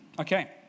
Okay